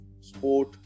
sport